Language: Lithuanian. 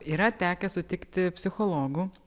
yra tekę sutikti psichologų